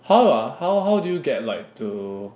how ah how how do you get like to